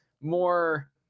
more